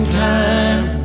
time